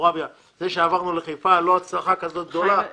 זה שעברנו לחיפה זה לא הצלחה כזאת גדולה --- חיים,